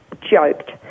joked